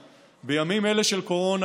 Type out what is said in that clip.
כאמור,